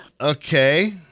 Okay